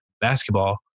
basketball